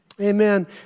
Amen